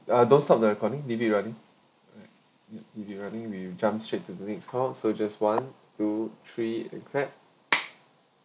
ah don't stop the recording leave it running right leave it running we jump straight to the next call so just one two three and clap